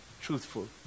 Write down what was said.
Truthful